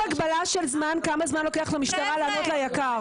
הגבלה של זמן כמה זמן לוקח למשטרה לענות ליק"ר.